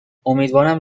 امیدوارم